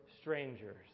strangers